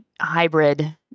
hybrid